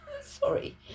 Sorry